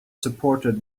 supported